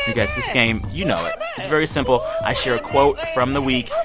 you guys, this game you know it. it's very simple. i share a quote from the week.